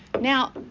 Now